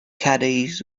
caddies